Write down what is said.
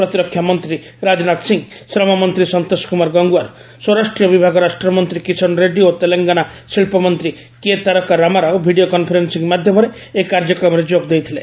ପ୍ରତିରକ୍ଷା ମନ୍ତ୍ରୀ ରାଜନାଥ ସିଂହ ଶ୍ରମମନ୍ତ୍ରୀ ସନ୍ତୋଷ କୁମାର ଗଙ୍ଗୱାର ସ୍ୱରାଷ୍ଟ୍ରୀୟ ବିଭାଗ ରାଷ୍ଟ୍ରମନ୍ତ୍ରୀ କିଶନ ରେଡ୍ଯୀ ଓ ତେଲଙ୍ଗାନା ଶିଳ୍ପମନ୍ତ୍ରୀ K Taraka Ramarao video conferencing ମାଧ୍ୟମରେ ଏହି କାର୍ଯ୍ୟକ୍ରମରେ ଯୋଗ ଦେଇଥିଲେ